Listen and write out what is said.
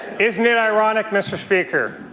isn't it ironic, mr. speaker,